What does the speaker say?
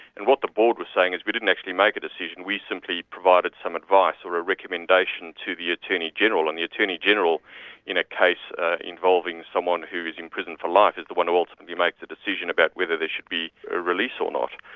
and what the board was saying is we didn't actually make a decision, we simply provided some advice, or a recommendation, to the attorney-general', and the attorney-general in a case involving someone who was in prison for life, is the one who ultimately makes the decision about whether there should be a release or not.